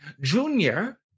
Junior